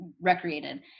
recreated